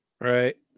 Right